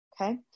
Okay